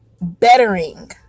bettering